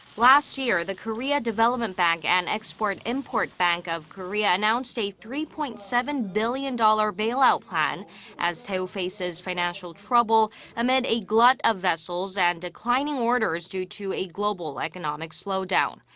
last year, the korea development bank and export-import bank of korea announced a three point seven billion dollar bailout plan as daewoo faces financial trouble amid a glut of vessels and declining orders due to a global economic slowdown.